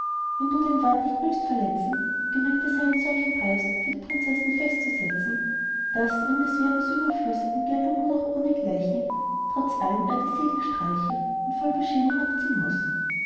wenn du dein wort nicht willst verletzen genügt es einen solchen preis für die prinzessin festzusetzen daß wenn des werbers überfluß an geld und gut auch ohnegleichen trotz allem er die segel streichen und voll beschämung abziehn muß